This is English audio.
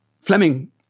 Fleming